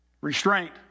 Restraint